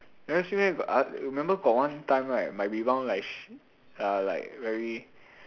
never see meh ah remember got one time right my rebound like sh~ ah like very